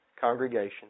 congregation